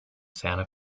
santa